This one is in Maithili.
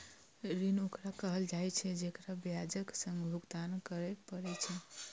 ऋण ओकरा कहल जाइ छै, जेकरा ब्याजक संग भुगतान करय पड़ै छै